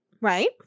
right